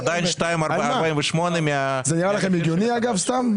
על מה זה נראה לכם הגיוני אגב סתם?